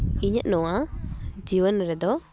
ᱤᱧᱟᱹᱜ ᱱᱚᱣᱟ ᱡᱤᱭᱚᱱ ᱨᱮᱫᱚ